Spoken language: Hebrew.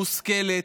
מושכלת.